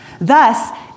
Thus